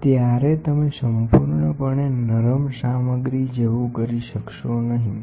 ત્યારે તમે સંપૂર્ણપણે નરમ સામગ્રી જેવુ કરી શકશો નહીં